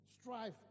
strife